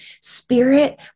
spirit